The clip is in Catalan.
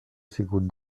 sigut